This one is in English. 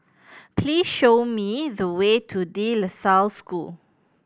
please show me the way to De La Salle School